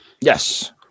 Yes